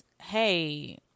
Hey